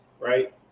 right